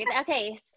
Okay